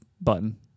button